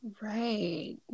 Right